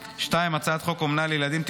2. הצעת חוק אומנה לילדים (תיקון,